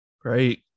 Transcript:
Great